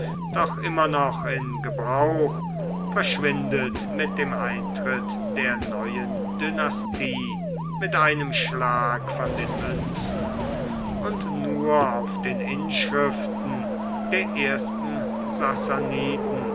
doch immer noch in gebrauch verschwindet mit dem eintritt der neuen dynastie mit einem schlag von den münzen und nur auf den inschriften der ersten